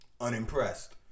unimpressed